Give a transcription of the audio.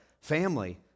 Family